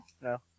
No